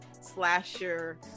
Slasher